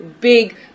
Big